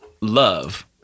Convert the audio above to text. love